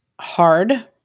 hard